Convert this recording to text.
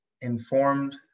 informed